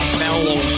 mellow